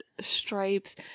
stripes